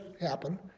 happen